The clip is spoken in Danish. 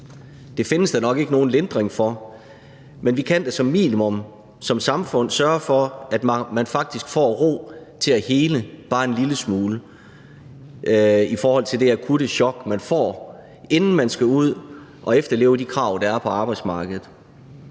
Det findes der nok ikke nogen lindring for, men vi kan da som minimum som samfund sørge for, at man faktisk får ro til at hele bare en lille smule i forhold til det akutte chok, man får, inden man skal ud og efterleve de krav, der er på arbejdsmarkedet.